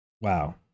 Wow